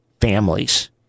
families